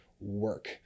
work